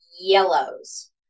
yellows